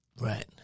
Right